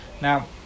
Now